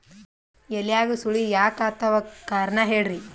ಎಲ್ಯಾಗ ಸುಳಿ ಯಾಕಾತ್ತಾವ ಕಾರಣ ಹೇಳ್ರಿ?